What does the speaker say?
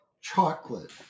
chocolate